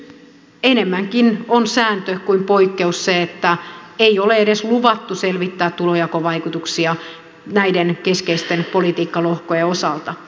nyt enemmänkin on sääntö kuin poikkeus se että ei ole edes luvattu selvittää tulonjakovaikutuksia näiden keskeisten politiikkalohkojen osalta